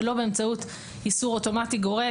ולא באמצעות איסור אוטומטי גורף,